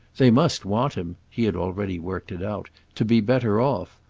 they must want him he had already worked it out to be better off.